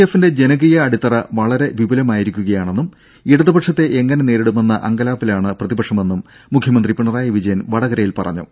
എഫിന്റെ ജനകീയ അടിത്തറ വളരെ വിപുലമായിരി ക്കുകയാണെന്നും ഇടതുപക്ഷത്തെ എങ്ങനെ നേരിടുമെന്ന അങ്കലാപ്പിലാണ് പ്രതിപക്ഷമെന്നും മുഖ്യമന്ത്രി പിണറായി വിജയൻ വടകരയിൽ പറഞ്ഞു